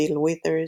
ביל וית'רס,